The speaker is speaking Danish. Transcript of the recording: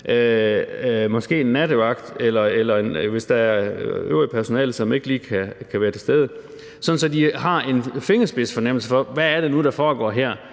måske en nattevagt, eller hvis der er øvrigt personale, som ikke lige kan være til stede, sådan at de har en fingerspidsfornemmelse for, hvad det nu er, der foregår i